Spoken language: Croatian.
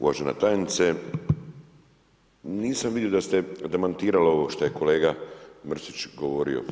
Uvažena tajnice, nisam vidio da ste demantirali ovo što je kolega Mrsić govorio.